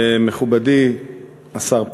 מכובדי השר פרי,